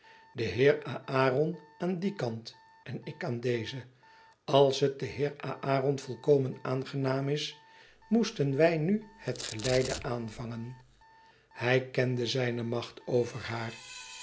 de heer allron aan dien kant ik aan dezen als het den heer aron volkomen aangenaam is moesten wij nu het geleide aanvangen hij kende zijne macht over haar